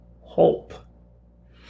hope